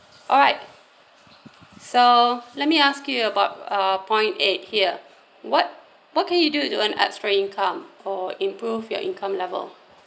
alright so let me ask you about uh point eight here what what can you do to earn extra income or improve your income level